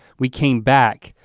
we came back,